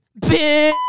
Bitch